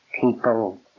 people